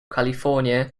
california